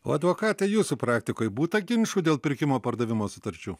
o advokate jūsų praktikoj būta ginčų dėl pirkimo pardavimo sutarčių